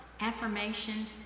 affirmation